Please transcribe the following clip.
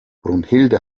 brunhilde